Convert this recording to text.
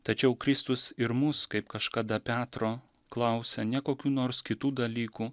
tačiau kristus ir mūs kaip kažkada petro klausia ne kokių nors kitų dalykų